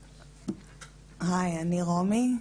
היי, אני רומי.